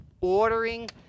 ordering